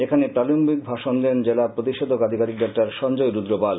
এখানে প্রারম্ভিক ভাষণ দেন জেলা প্রতিষেধক আধিকারিক ডা সঞ্জয় রুদ্রপাল